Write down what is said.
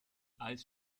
ice